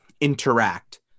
interact